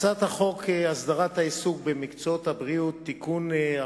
הצעת חוק הסדרת העיסוק במקצועות הבריאות (תיקון)